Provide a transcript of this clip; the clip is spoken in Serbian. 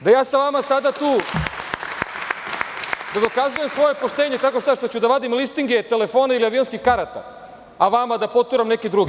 Da sa vama sada tu, da dokazujem svoje poštenje, tako što ću da vadim listinge telefona i avionskih karata, a vama da poturam neke druge.